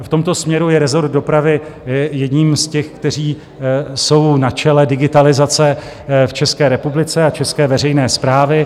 V tomto směru je rezort dopravy jedním z těch, které jsou na čele digitalizace v České republice a české veřejné správy.